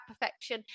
perfection